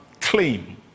claim